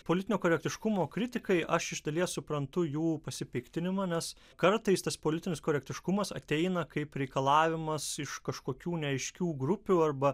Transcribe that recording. politinio korektiškumo kritikai aš iš dalies suprantu jų pasipiktinimą nes kartais tas politinis korektiškumas ateina kaip reikalavimas iš kažkokių neaiškių grupių arba